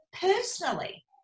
personally